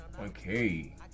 Okay